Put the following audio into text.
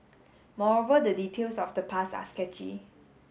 moreover the details of the past are sketchy